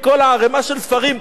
מכל הערימה של הספרים,